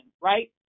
right